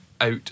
out